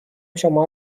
شما